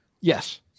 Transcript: yes